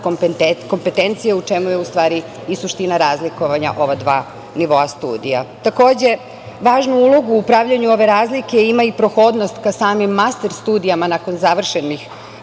kompetencija u čemu je u stvari i suština razlikovanja ova dva nivoa studija. Takođe, važnu ulogu u pravljenju ove razlike ima i prohodnost ka samim master studijama nakon završenog